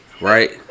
Right